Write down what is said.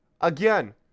Again